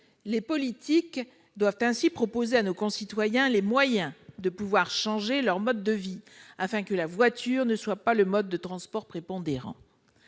Les politiques doivent ainsi proposer à nos concitoyens les moyens de changer leur mode de vie, afin que la voiture ne soit pas le mode de transport prépondérant.